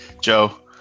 Joe